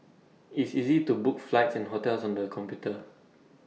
IT is easy to book flights and hotels on the computer